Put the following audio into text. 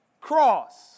cross